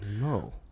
No